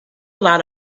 lot